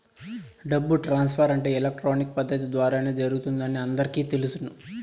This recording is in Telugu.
డబ్బు ట్రాన్స్ఫర్ అంటే ఎలక్ట్రానిక్ పద్దతి ద్వారానే జరుగుతుందని అందరికీ తెలుసును